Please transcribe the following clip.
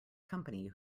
company